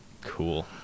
cool